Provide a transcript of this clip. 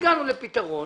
הגענו לפתרון